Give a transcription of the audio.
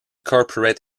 corporate